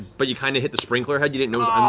but you kind of hit the sprinkler head you didn't know